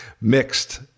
Mixed